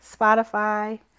Spotify